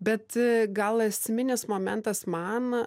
bet gal esminis momentas man